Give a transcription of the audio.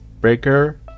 Breaker